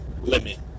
limit